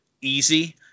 easy